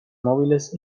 móviles